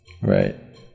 Right